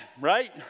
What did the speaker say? right